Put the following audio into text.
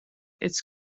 its